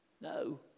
No